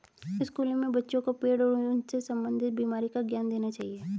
स्कूलों में बच्चों को पेड़ और उनसे संबंधित बीमारी का ज्ञान देना चाहिए